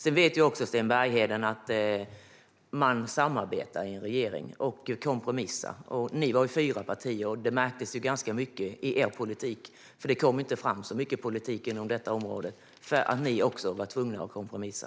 För övrigt vet Sten Bergheden att man samarbetar och kompromissar i en regering. Ni var fyra partier, vilket märktes ganska mycket i politiken. Det kom inte fram så mycket inom detta politikområde, eftersom även ni var tvungna att kompromissa.